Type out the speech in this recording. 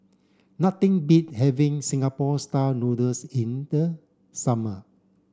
nothing beat having Singapore style noodles in the summer